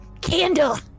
Candle